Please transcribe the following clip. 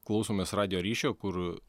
klausomės radijo ryšio kur